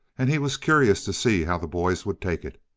and he was curious to see how the boys would take it.